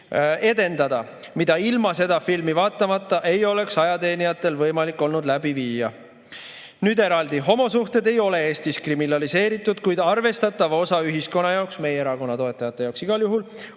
edendada, mida ilma seda filmi vaatamata ei oleks ajateenijatel võimalik olnud läbi viia? Nüüd [edasi]. Homosuhted ei ole Eestis kriminaliseeritud, kuid arvestatava osa ühiskonna jaoks, meie erakonna toetajate jaoks igal juhul,